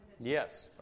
Yes